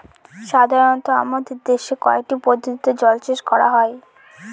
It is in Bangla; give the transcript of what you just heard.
সাধারনত আমাদের দেশে কয়টি পদ্ধতিতে জলসেচ করা হয়?